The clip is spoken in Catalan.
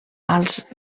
als